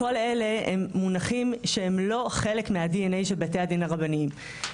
כל אלה הם מונחים שהם לא חלק מה- DNA מבתי הדין הרבניים,